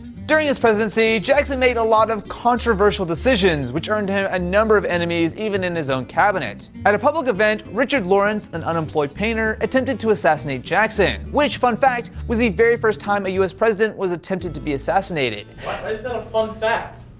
during his presidency, jackson made a lot of controversial decisions, which earned him a number of enemies even in his own cabinet. at a public event, richard lawrence, an unemployed painter, attempted to assassinate jackson, which, fun fact, was the very first time a us president was attempted to be assassinated. what, why is that a fun fact?